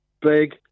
big